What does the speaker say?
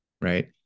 right